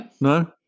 no